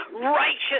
righteous